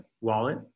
wallet